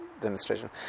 demonstration